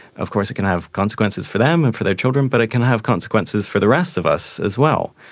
of course it can have consequences for them and for their children but it can have consequences for the rest of us as well.